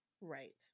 Right